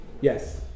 Yes